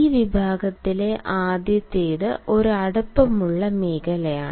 ഈ വിഭാഗത്തിലെ ആദ്യത്തേത് ഒരു അടുപ്പമുള്ള മേഖലയാണ്